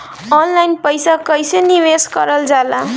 Online पईसा कईसे निवेश करल जाला?